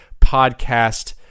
podcast